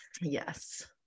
yes